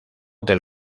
del